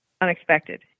unexpected